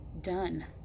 done